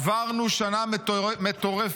עברנו שנה מטורפת.